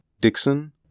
Dixon